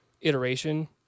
iteration